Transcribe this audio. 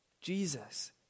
Jesus